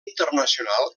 internacional